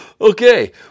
Okay